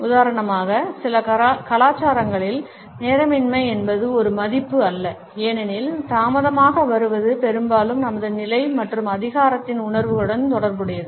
உதாரணமாக சில கலாச்சாரங்களில் நேரமின்மை என்பது ஒரு மதிப்பு அல்ல ஏனெனில் தாமதமாக வருவது பெரும்பாலும் நமது நிலை மற்றும் அதிகாரத்தின் உணர்வுகளுடன் தொடர்புடையது